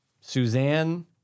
Suzanne